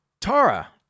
Tara